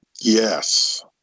Yes